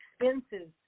expenses